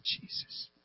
Jesus